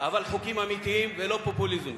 אבל חוקים אמיתיים ולא פופוליזם.